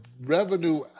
revenue